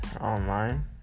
online